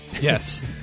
Yes